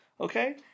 Okay